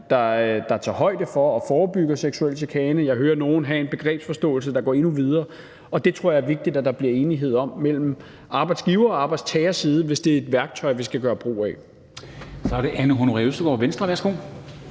der tager højde for at forebygge seksuel chikane, og jeg hører nogle have en begrebsforståelse, der går endnu videre. Det tror jeg er vigtigt at der bliver enighed om mellem arbejdsgiver og arbejdstager, hvis det er et værktøj, vi skal gøre brug af. Kl. 10:13 Formanden (Henrik